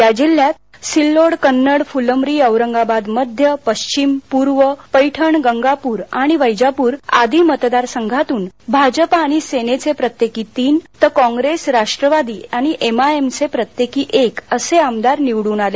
या जिल्ह्यात सिल्लोड कन्नड फुलंब्री औरंगाबाद मध्य पश्चिम पुर्व पछ्णि गंगापुर आणि वज्ञिप्र आदी मतदारसंघातून भाजपा आणि सेनेचे प्रत्येकी तिन तर काँग्रेस राष्ट्रवादी आणि एमआयएमचे प्रत्येकी एक असे आमदार निवडून आले